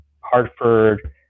Hartford